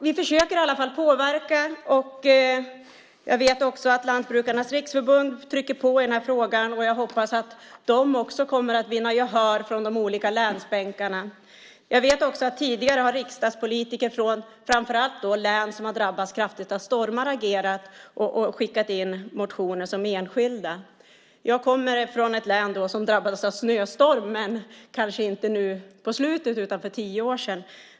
Vi försöker i alla fall påverka. Jag vet att också Lantbrukarnas Riksförbund trycker på i frågan, och jag hoppas att också de kommer att vinna gehör från de olika länsbänkarna. Jag vet att riksdagspolitiker, framför allt från län som har drabbats kraftigt av stormar, tidigare har agerat och väckt motioner som enskilda. Jag kommer från ett län som drabbades av snöstorm, inte helt nyligen men för tio år sedan.